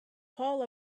paul